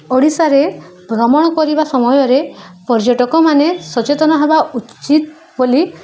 ଓଡ଼ିଶାରେ ଭ୍ରମଣ କରିବା ସମୟରେ ପର୍ଯ୍ୟଟକ ମାନେ ସଚେତନ ହେବା ଉଚିତ ବୋଲି